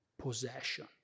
possession